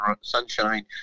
sunshine